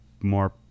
more